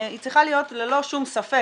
היא צריכה ללא שום ספק,